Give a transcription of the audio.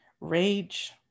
rage